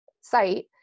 site